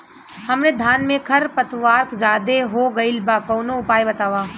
हमरे धान में खर पतवार ज्यादे हो गइल बा कवनो उपाय बतावा?